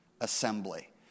Assembly